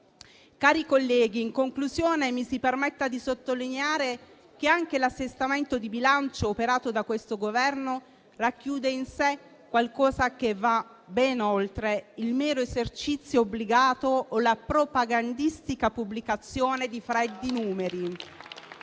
Colleghi, in conclusione mi si permetta di sottolineare che anche l'assestamento di bilancio operato da questo Governo racchiude in sé qualcosa che va ben oltre il mero esercizio obbligato o la propagandistica pubblicazione di freddi numeri.